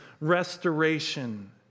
restoration